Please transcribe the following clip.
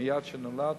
מייד כשנולד,